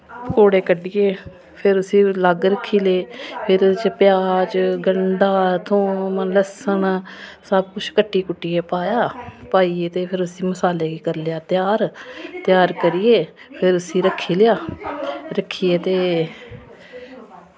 पकौड़े कड्ढियै फिर उसी अलग रक्खी ले फिर ओह्दे च प्याज़ गंढा थूम लस्सन सब किश कुट्टियै पाया पाइयै ते फिर उसी मसालै गी करी लेआ त्यार त्यार करियै फिर उसी रक्खी लेआ रक्खियै ते